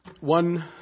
One